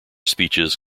speeches